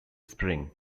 spring